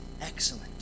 excellent